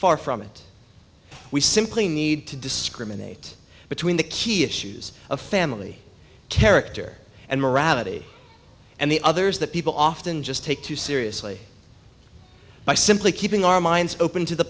far from it we simply need to discriminate between the key issues of family character and morality and the others that people often just take too seriously by simply keeping our minds open to the